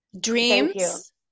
dreams